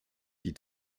die